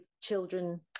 children